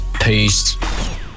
Peace